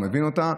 הוא מבין אותה.